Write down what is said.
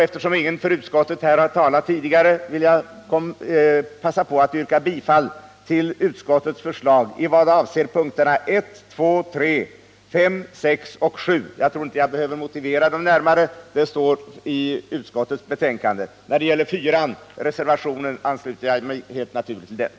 Eftersom ingen har talat för utskottet tidigare, vill jag passa på att yrka bifall till utskottets förslag i vad det avser punkterna 1,2,3,5,6 och 7. Jag tror inte jag behöver lämna någon närmare motivering, eftersom denna finns i utskottets betänkande. När det gäller punkten 4 ansluter jag mig naturligtvis till reservationen.